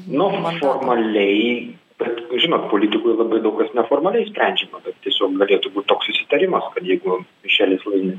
nu formaliai bet žinot politikoj labai daug kas neformaliai sprendžiama tiesiog galėtų būt toks susitarimas kad jeigu mišelis laimi